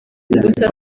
gusa